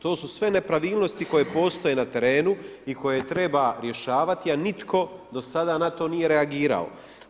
To su sve nepravilnosti koje postoje na terenu i koje treba rješavati, a nitko do sada na to nije reagirao.